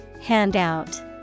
Handout